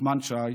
נחמן שי,